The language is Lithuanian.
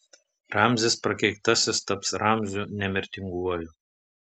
ramzis prakeiktasis taps ramziu nemirtinguoju